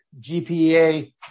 GPA